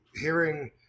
hearing